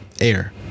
air